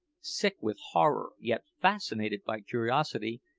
sick with horror, yet fascinated by curiosity,